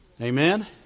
Amen